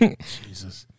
Jesus